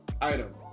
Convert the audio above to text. item